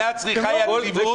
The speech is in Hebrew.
המדינה צריכה יציבות.